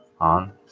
on